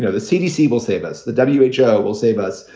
the cdc will save us. the w h o. will save us.